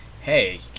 Hey